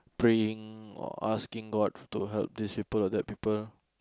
praying or asking god to help this people or that people